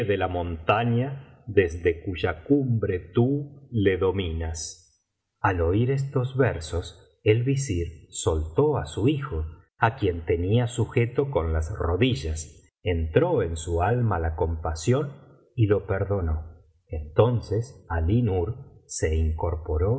la montaña desde cuya cumbre tú le dominas i al oir estos versos el visir soltó á su hijo á quien tenía sujeto con las rodillas entró en su alma la compasión y lo perdonó entonces alí nur se incorporo